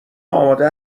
آماده